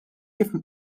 kif